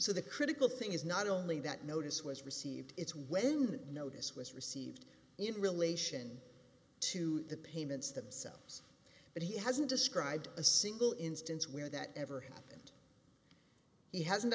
so the critical thing is not only that notice was received it's when that notice was received in relation to the payments themselves but he hasn't described a single instance where that ever happened he hasn't